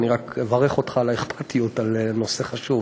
אני רק אברך אותך על האכפתיות בנושא חשוב.